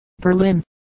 Berlin